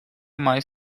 mais